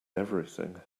everything